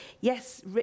yes